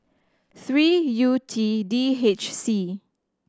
three U T D H C